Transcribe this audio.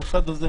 המוסד הזה,